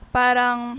parang